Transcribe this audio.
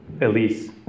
Elise